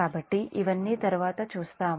కాబట్టి ఇవన్నీ తరువాత చూస్తాము